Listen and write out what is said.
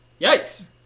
Yikes